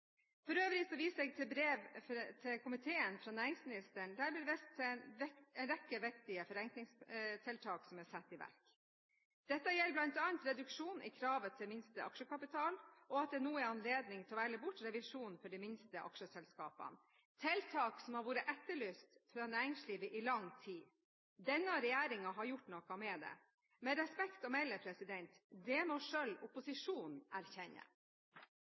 For øvrig viser jeg til brev til komiteen fra næringsministeren, der det blir vist til en rekke viktige forenklingstiltak som er satt i verk. Dette gjelder bl.a. reduksjon i kravet til minste aksjekapital og at det nå er anledning til å velge bort revisjon for de minste aksjeselskapene – tiltak som har vært etterlyst fra næringslivet i lang tid. Denne regjeringen har gjort noe med det. Med respekt å melde: Det må selv opposisjonen erkjenne.